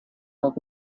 old